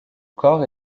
corps